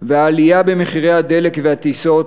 והעלייה במחירי הדלק והטיסות